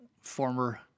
former